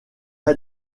rez